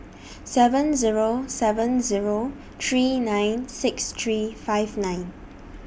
seven Zero seven Zero three nine six three five nine